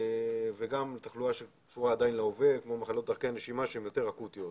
וגם תחלואה שקשורה להווה כמו מחלות דרכי הנשימה שהן יותר אקוטיות.